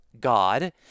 God